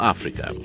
Africa